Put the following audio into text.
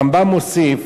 הרמב"ם מוסיף